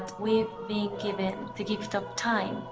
but we're been given the gift of time.